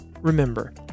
Remember